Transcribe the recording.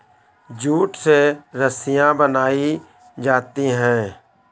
jute से रस्सियां बनायीं जाती है